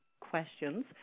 questions